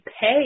pay